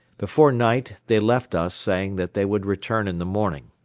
before night they left us saying that they would return in the morning.